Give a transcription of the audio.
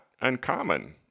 uncommon